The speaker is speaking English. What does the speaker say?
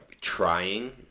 trying